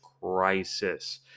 crisis